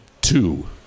Two